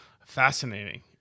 Fascinating